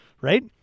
Right